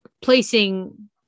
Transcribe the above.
placing